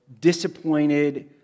disappointed